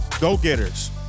go-getters